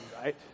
right